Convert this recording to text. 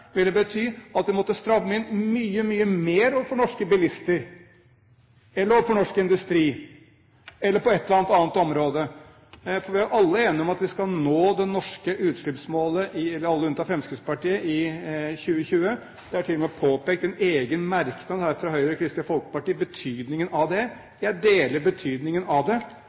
vil gjøre det veldig mye vanskeligere for oss å nå de samlede målene vi har i klimaforliket, og som, hvis vi skulle følge Høyre og Fremskrittspartiets politikk her, ville bety at vi måtte stramme inn mye mer overfor norske bilister, overfor norsk industri eller på andre områder. For vi er alle – unntatt Fremskrittspartiet – enige om at vi skal nå det norske utslippsmålet i 2020. Betydningen av det er til og med påpekt i en egen merknad